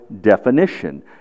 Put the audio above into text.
definition